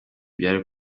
byari